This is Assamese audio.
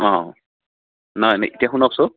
অঁ নহয় এতিয়া শুনকচোন